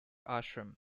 ashram